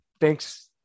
Thanks